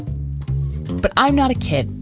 but i'm not a kid.